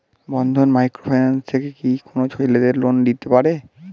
বন্ধন micro finance থেকে কি কোন ছেলেদের লোন দিতে পারে?